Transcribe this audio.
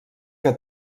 que